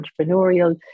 entrepreneurial